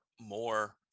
more